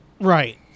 Right